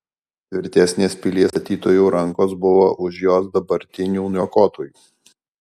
tvirtesnės pilies statytojų rankos buvo už jos dabartinių niokotojų